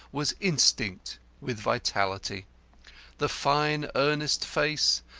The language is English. was instinct with vitality the fine, earnest face,